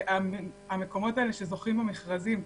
המקומות האלה שזוכים במכרזים,